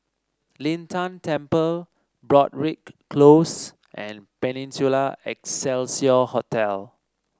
Lin Tan Temple Broadrick Close and Peninsula Excelsior Hotel